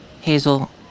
Hazel